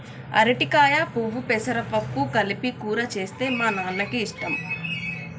అరటికాయ పువ్వు పెసరపప్పు కలిపి కూర చేస్తే మా నాన్నకి ఇష్టం